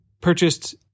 purchased